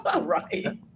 Right